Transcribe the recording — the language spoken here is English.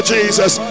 Jesus